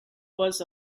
was